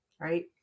right